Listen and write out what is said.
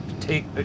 take